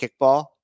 kickball